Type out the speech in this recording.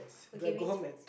okay we